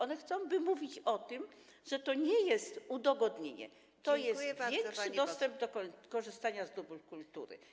One chcą, by mówić o tym, że to nie jest udogodnienie, tylko że to jest większy dostęp do korzystania z dóbr kultury.